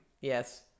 Yes